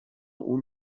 اون